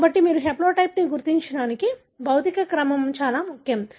కాబట్టి మీరు హాప్లోటైప్ను గుర్తించడానికి భౌతిక క్రమం చాలా ముఖ్యం